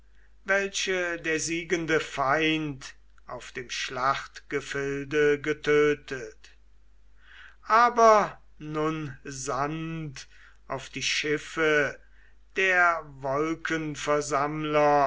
welche der siegende feind auf dem schlachtgefilde getötet aber nun sandt auf die schiffe der wolkenversammler